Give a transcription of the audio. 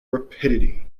rapidity